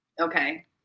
Okay